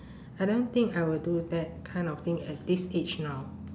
I don't think I will do that kind of thing at this age now